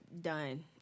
done